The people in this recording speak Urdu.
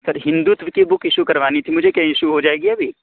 سر ہندوت کی بک اشو کروانی تھی مجھے کیا ایشو ہو جائے گی ابھی